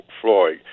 Floyd